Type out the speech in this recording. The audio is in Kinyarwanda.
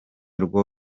rwo